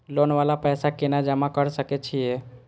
Loan वाला पैसा केना जमा कर सके छीये?